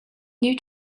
new